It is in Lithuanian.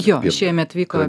jo šiemet vyko